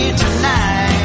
tonight